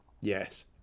Yes